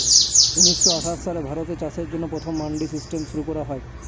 উনিশশো আঠাশ সালে ভারতে চাষের জন্য প্রথম মান্ডি সিস্টেম শুরু করা হয়